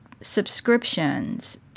subscriptions